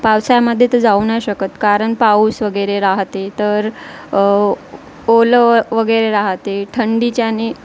पावसाळामध्ये तर जाऊ न शकते कारण पाऊस वगैरे राहते तर ओलं व वगैरे राहते थंडीच्याने